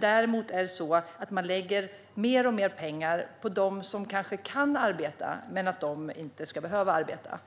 Däremot lägger man mer och mer pengar på dem som kanske kan arbeta. De ska inte behöva arbeta.